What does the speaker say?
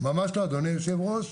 ממש לא, אדוני היושב-ראש.